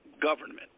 government